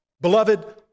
Beloved